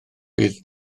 bydd